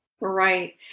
Right